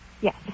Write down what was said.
Yes